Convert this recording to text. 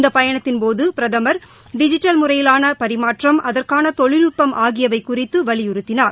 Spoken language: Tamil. இந்த பயணத்தின்போது பிரதமர் டிஜிட்டல் முறையிலான பரிமாற்றம் அதற்கான தொழில்நுட்பம் ஆகியவை குறித்து வலியுறுத்தினார்